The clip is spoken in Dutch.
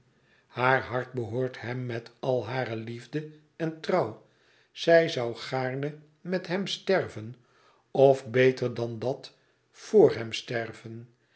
haar hart behoort hem met al hare liefde en trouw zij zou gaarne met hem sterven of beter dan dat voor hem sterven